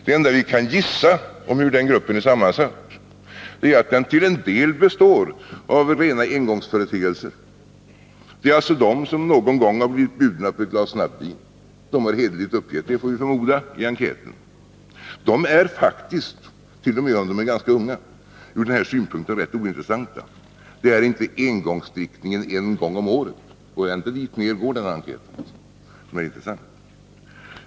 Det enda vi kan gissa om hur den gruppen är sammansatt är att den till en del omfattar rena engångsföreteelser. I gruppen ingår alltså de som någon gång har blivit bjudna på ett glas snabbvin. De har, får vi förmoda, hederligt uppgett det i enkäten. De är faktiskt t.o.m. om de är ganska unga, i detta sammanhang rätt ointressanta. Det är inte engångsdrickningen en gång om året som är intressant.